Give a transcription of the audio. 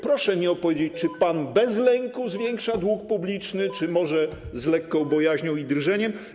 Proszę mi odpowiedzieć: Czy pan bez lęku zwiększa dług publiczny, czy może z lekką bojaźnią i drżeniem?